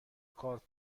کارت